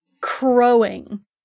crowing